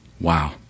Wow